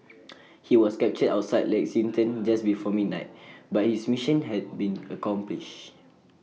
he was captured outside Lexington just before midnight but his mission had been accomplished